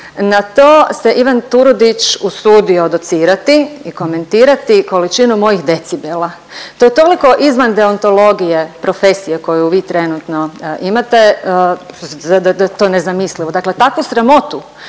Na to se Ivan Turudić usudio docirati i komentirati količinu mojih decibela. To je toliko izvan deontologije profesije koju vi trenutno imate da je to nezamislivo. Dakle, takvu sramotu